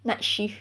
night shift